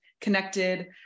connected